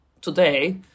today